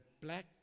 black